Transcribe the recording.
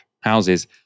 houses